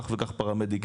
כך וכך פרמדיקים,